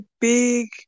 big